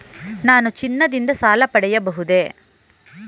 ನಾನು ಚಿನ್ನದಿಂದ ಸಾಲ ಪಡೆಯಬಹುದೇ?